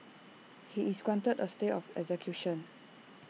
he is granted A stay of execution